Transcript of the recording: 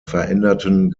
veränderten